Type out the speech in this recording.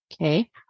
Okay